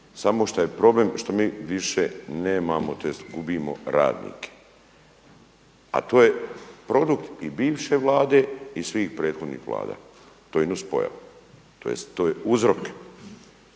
Samo šta je problem što mi više nemamo, tj. gubimo radnike a to je produkt i bivše Vlade i svih prethodnih Vlada. To je nuspojava, tj. to je uzrok.